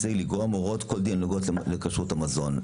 זה לגרוע מהוראות כל דין הנוגעות לכשרות המזון.